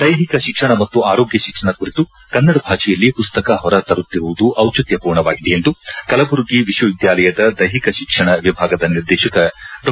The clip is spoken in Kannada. ದೈಹಿಕ ಶಿಕ್ಷಣ ಮತ್ತು ಆರೋಗ್ಯ ಶಿಕ್ಷಣ ಕುರಿತು ಕನ್ನಡ ಭಾಷೆಯಲ್ಲಿ ಮಸ್ತಕ ಹೊರ ತರುತ್ತಿರುವುದು ದಿಚಿತ್ಯಪೂರ್ಣವಾಗಿದೆ ಎಂದು ಕಲಬುರಗಿ ವಿಶ್ವವಿದ್ಯಾಲಯದ ದೈಹಿಕ ಶಿಕ್ಷಣ ವಿಭಾಗದ ನಿರ್ದೇಶಕ ಡಾ